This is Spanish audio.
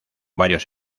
varios